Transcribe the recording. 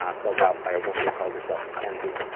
um filled out by a woman who calls herself mackenzie.